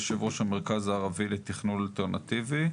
יושב ראש המרכז הערבי לתכנון אלטרנטיבי,